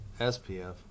SPF